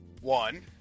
One